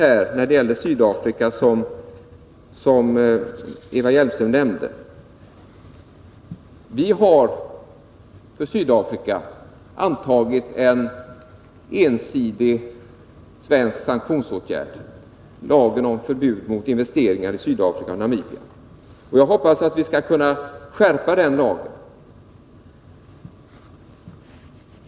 I fråga om Sydafrika, som Eva Hjelmström nämnde, har vi vidtagit en ensidig svensk sanktionsåtgärd genom att anta lagen om förbud mot investeringar i Sydafrika och Namibia. Jag hoppas att vi skall kunna skärpa den lagen.